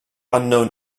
unknown